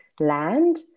land